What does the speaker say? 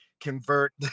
convert